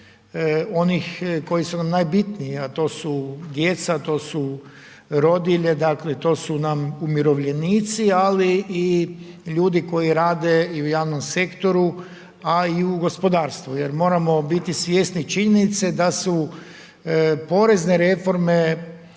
onih koji su nam najbitniji a to su djeca, to su rodilje, dakle to su nam umirovljenici ali i ljudi koji rade i u javnom sektoru a i u gospodarstvu jer moramo biti svjesni činjenice da su porezne reforme